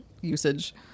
usage